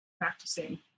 practicing